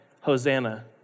Hosanna